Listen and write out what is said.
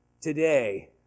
Today